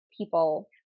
people